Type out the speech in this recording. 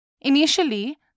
Initially